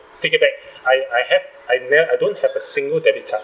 take it back I I have and well I don't have a single debit card